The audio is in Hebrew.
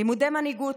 לימודי מנהיגות.